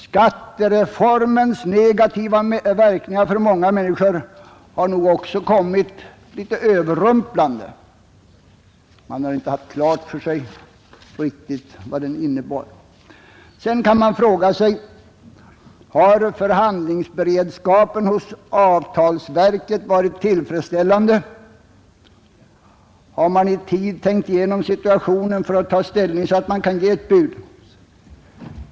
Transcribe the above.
Skattereformens negativa verkningar för många människor har nog också kommit litet överrumplande. Man har inte haft klart för sig riktigt vad den innebar. Sedan kan frågan ställas om förhandlingsberedskapen hos avtalsverket har varit tillfredsställande och om man i tid har tänkt igenom situationen för att kunna ta ställning och avge ett bud.